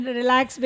relax